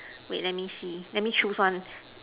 wait let me see let me choose one